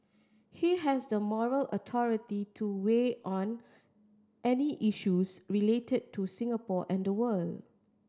he has the moral authority to weigh on any issues related to Singapore and the world